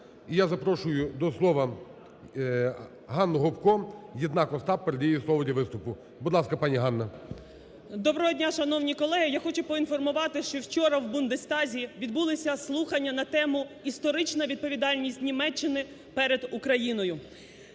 я запрошую до слова Ганну Гопко. Єднак Остап передає їй слово для виступу. Будь ласка, пані Ганно. 11:29:01 ГОПКО Г.М. Доброго дня, шановні колеги! Я хочу поінформувати, що вчора в Бундестазі відбулися слухання на тему: "Історична відповідальність Німеччини перед Україною".